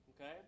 Okay